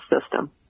system